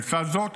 בצד זאת,